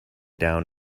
down